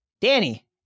Danny